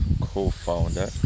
co-founder